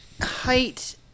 height